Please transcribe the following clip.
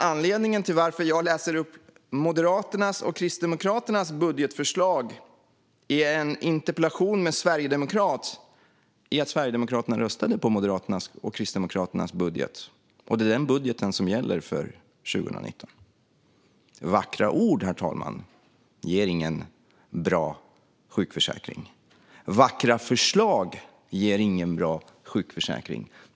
Anledningen till att jag läser upp Moderaternas och Kristdemokraternas budgetförslag i en interpellationsdebatt med en sverigedemokrat är att Sverigedemokraterna röstade på Moderaternas och Kristdemokraternas budget, och det är den budgeten som gäller för 2019. Vackra ord, herr talman, ger ingen bra sjukförsäkring. Vackra förslag ger ingen bra sjukförsäkring.